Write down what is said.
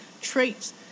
traits